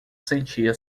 sentia